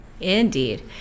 Indeed